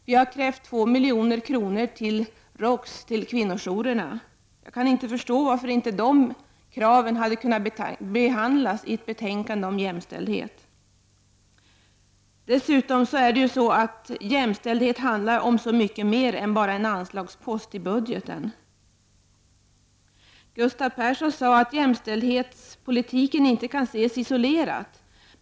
Vi har krävt 2 milj.kr. till kvinnojourerna. Jag kan inte förstå varför inte de kraven hade kunnat behandlats i ett betänkande om jämställdhet. Dessutom handlar ju jämställdhet om så mycket mer än en anslagspost i budgeten. Gustav Persson sade att jämställdhetspolitik inte kan ses isolerad.